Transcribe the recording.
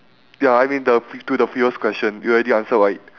ya I mean the to the previous question you already answer right